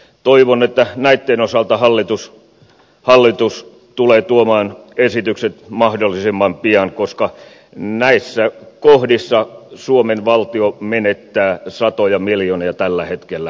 toivon että näitten osalta hallitus tulee tuomaan esitykset mahdollisimman pian koska näissä kohdissa suomen valtio menettää rahaa satoja miljoonia tällä hetkellä